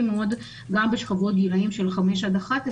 מאוד גם בשכבות גילאים של 5 עד 11,